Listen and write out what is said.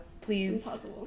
please